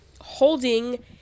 holding